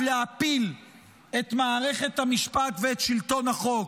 להפיל את מערכת המשפט ואת שלטון החוק.